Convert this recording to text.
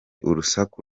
urusaku